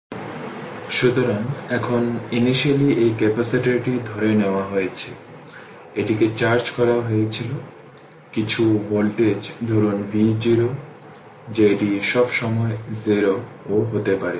first order circuit অবিরত সুতরাং এখন ইনিশিয়াললি এই ক্যাপাসিটরটি ধরে নেওয়া হয়েছে এটিকে চার্জ করা হয়েছিল কিছু ভোল্টেজ ধরুন v0 যে এটি সব সময় 0 ও হতে পারে